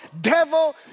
devil